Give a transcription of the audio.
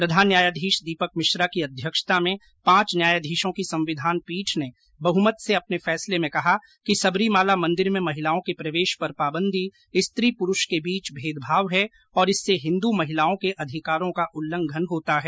प्रधान न्यायाधीश दीपक मिश्रा की अध्यक्षता में पांच न्यायाधीशों की संविधान पीठ ने बहुमत से अपने फैसले में कहा कि संबरीमाला मंदिर में महिलाओं के प्रवेश पर पाबंदी स्त्री पुरूष के बीच भेदभाव है और इससे हिंदू महिलाओं के अधिकारों का उल्लंघन होता है